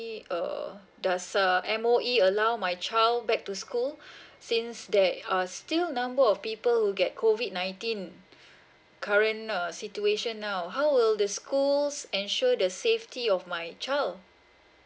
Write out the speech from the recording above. uh does uh M_O_E allow my child back to school since that uh there's still number of people who get COVID nineteen current err situation now how will the schools ensure the safety of my child